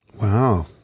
Wow